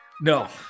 No